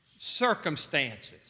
circumstances